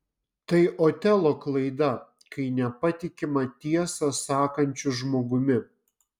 tai otelo klaida kai nepatikima tiesą sakančiu žmogumi